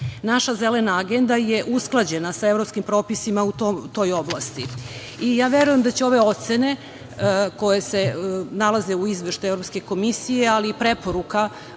Naša Zelena agenda je usklađena sa evropskim propisima u toj oblasti. Ja verujem da će ove ocene koje se nalaze u Izveštaju Evropske komisije, ali i preporuka